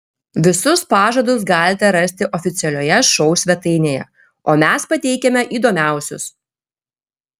visus pažadus galite rasti oficialioje šou svetainėje o mes pateikiame įdomiausius